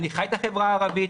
אני חי את החברה הערבית,